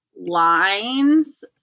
lines